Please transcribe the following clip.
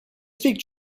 speak